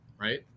right